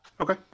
Okay